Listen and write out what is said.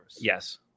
Yes